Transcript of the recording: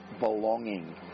belonging